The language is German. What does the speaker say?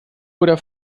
oder